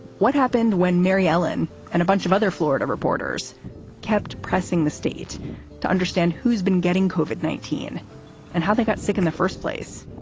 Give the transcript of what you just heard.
what happened when mary ellen and a bunch of other florida reporters kept pressing the state to understand who's been getting covered nineteen and how they got sick in the first place,